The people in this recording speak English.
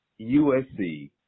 USC